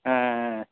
ஆ ஆ ஆ ஆ